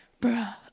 bruh